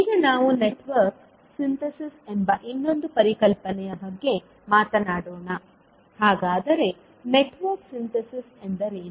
ಈಗ ನಾವು network synthesis ಎಂಬ ಇನ್ನೊಂದು ಪರಿಕಲ್ಪನೆಯ ಬಗ್ಗೆ ಮಾತನಾಡೋಣ ಹಾಗಾದರೆ ನೆಟ್ವರ್ಕ್ ಸಿಂಥೆಸಿಸ್ ಎಂದರೇನು